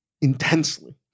intensely